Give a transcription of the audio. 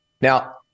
Now